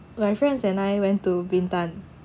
my friends and I went to bintan